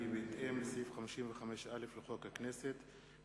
כי בהתאם לסעיף 55(א) לחוק הכנסת,